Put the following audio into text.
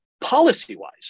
policy-wise